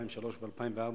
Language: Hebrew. ב-2003 ו-2004,